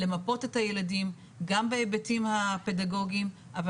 למפות את הילדים גם בהיבטים הפדגוגים אבל